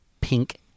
pink